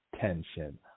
tension